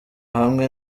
hamwe